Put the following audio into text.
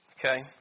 Okay